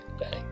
Okay